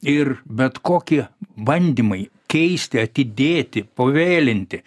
ir bet kokie bandymai keisti atidėti pavėlinti